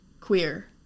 queer